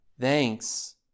thanks